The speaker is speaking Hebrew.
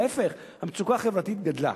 להיפך, המצוקה החברתית גדלה.